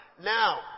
Now